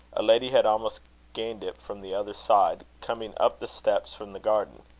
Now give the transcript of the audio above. a lady had almost gained it from the other side, coming up the steps from the garden.